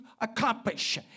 accomplish